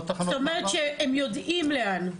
זאת אומרת שהם יודעים לאן.